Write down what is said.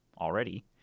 already